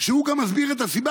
שהוא גם מסביר את הסיבה,